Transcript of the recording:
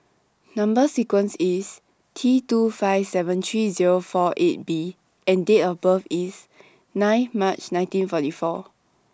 Number sequence IS T two five seven three Zero four eight B and Date of birth IS nine March nineteen forty four